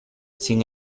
sin